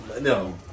no